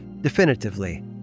definitively